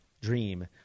dream